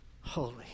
holy